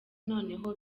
noneho